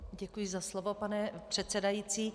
Děkuji za slovo, pane předsedající.